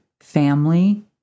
family